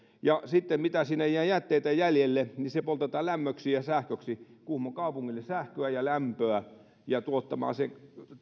ja sitten mitä sinne jää jätteitä jäljelle poltetaan lämmöksi ja sähköksi kuhmon kaupungille sähköä ja lämpöä jää tuottamaan se